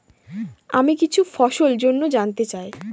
আমি কিছু ফসল জন্য জানতে চাই